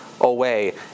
away